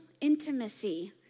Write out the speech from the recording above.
intimacy